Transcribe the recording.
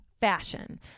Fashion